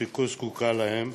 שכה זקוקה להם.